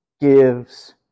gives